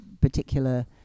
particular